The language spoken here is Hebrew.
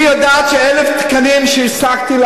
היא יודעת ש-1,000 תקנים שהשגתי,